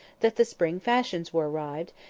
that the spring fashions were arrived,